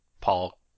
Paul